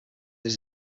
his